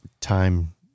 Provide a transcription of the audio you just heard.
time